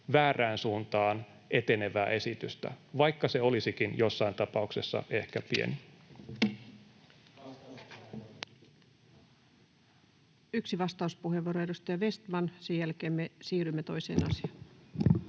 väärään suuntaan etenevää esitystä, vaikka se olisikin jossain tapauksessa ehkä pieni. [Heikki Vestman pyytää vastauspuheenvuoroa] Yksi vastauspuheenvuoro. Sen jälkeen me siirrymme toiseen asiaan.